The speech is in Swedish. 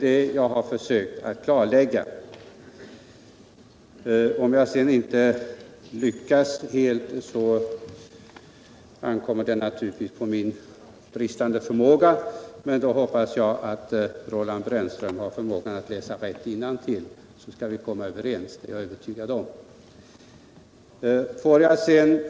Om jag sedan inte har lyckats helt, beror det naturligtvis på min bristande förmåga. Men då hoppas jag att Roland Brännström har förmågan att läsa rätt innantill. Jag är övertygad om att vi sedan skall kunna komma överens.